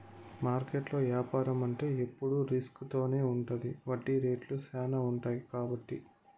మార్కెట్లో యాపారం అంటే ఎప్పుడు రిస్క్ తోనే ఉంటది వడ్డీ రేట్లు శ్యానా ఉంటాయి కాబట్టి